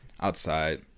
outside